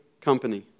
company